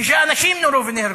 שישה אנשים נורו ונהרגו.